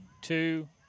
two